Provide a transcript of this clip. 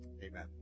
Amen